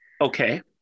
Okay